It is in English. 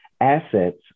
Assets